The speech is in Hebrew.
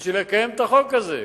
כדי לקיים את החוק הזה.